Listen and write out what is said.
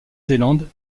zélande